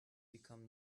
become